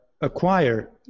acquire